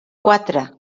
quatre